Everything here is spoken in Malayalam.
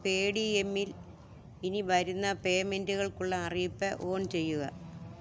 പേടിഎമ്മിൽ ഇനി വരുന്ന പേയ്മെൻറുകൾക്കുള്ള അറിയിപ്പ് ഓൺ ചെയ്യുക